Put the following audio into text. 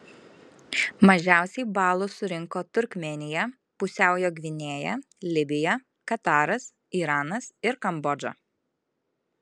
mažiausiai balų surinko turkmėnija pusiaujo gvinėja libija kataras iranas ir kambodža